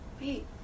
Wait